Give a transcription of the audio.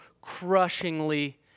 crushingly